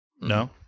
No